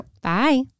Bye